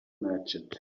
merchant